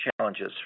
challenges